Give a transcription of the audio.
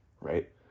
right